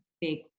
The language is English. big